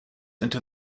into